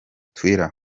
twitter